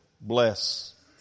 bless